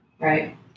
Right